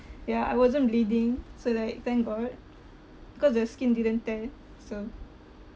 ya I wasn't bleeding so like thank god because the skin didn't tear so